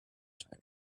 tired